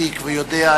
כחבר פרלמנט ותיק ויודע,